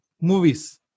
movies